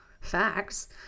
facts